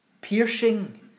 piercing